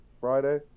Friday